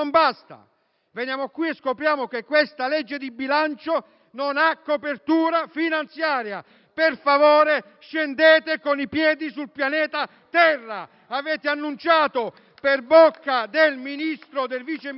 Veniamo qui e scopriamo che il disegno di legge di bilancio non ha copertura finanziaria. Per favore, scendete con i piedi sul pianeta Terra. Avete annunciato per bocca del Vice Ministro